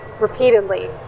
repeatedly